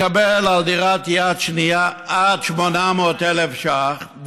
לקבל על דירת יד שנייה עד 800,000 שקלים,